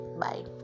Bye